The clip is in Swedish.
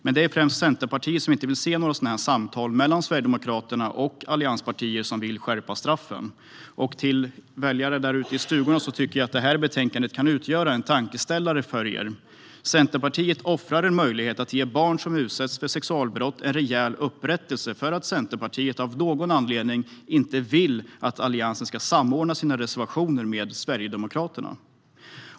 Men det är främst Centerpartiet som inte vill se några sådana samtal mellan Sverigedemokraterna och de allianspartier som vill skärpa straffen. Jag tycker att det här betänkandet kan utgöra en tankeställare för väljarna ute i stugorna. Centerpartiet offrar en möjlighet att ge barn som utsätts för sexualbrott en rejäl upprättelse för att Centerpartiet av någon anledning inte vill att Alliansen ska samordna sina reservationer med Sverigedemokraterna.